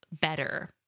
better